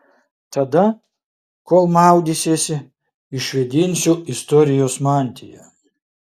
tada kol maudysiesi išvėdinsiu istorijos mantiją